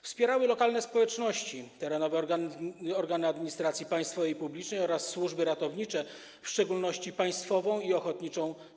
Wspierały lokalne społeczności, terenowe organy administracji państwowej i publicznej oraz służby ratownicze, w szczególności straż pożarną: państwową i ochotniczą.